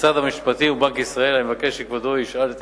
משרד המשפטים ובנק ישראל, אני מבקש שכבודו ישאל את